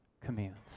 commands